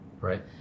Right